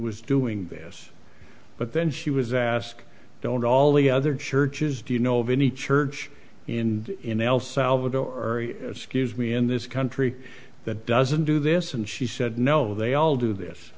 was doing this but then she was asked don't all the other churches do you know of any church in el salvador excuse me in this country that doesn't do this and she said no they all do this